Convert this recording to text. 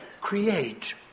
create